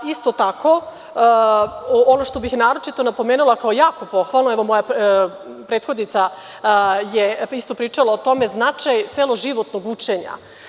Isto tako, ono što bih naročito napomenula kao pohvalu, evo, moja prethodnica je isto pričala o tome, značaj celoživotnog učenja.